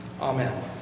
Amen